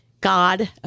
God